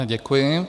Děkuji.